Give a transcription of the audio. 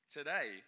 Today